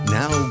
now